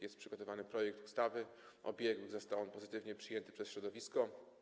Jest przygotowany projekt ustawy o biegłych, został on pozytywnie przyjęty przez środowisko.